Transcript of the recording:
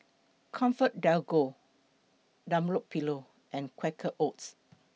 ComfortDelGro Dunlopillo and Quaker Oats